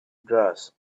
grass